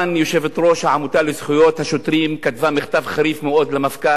יושבת-ראש העמותה לזכויות השוטרים כתבה מכתב חריף מאוד למפכ"ל.